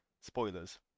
spoilers